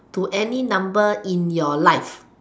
to any number in your life